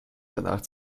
danach